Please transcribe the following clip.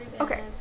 Okay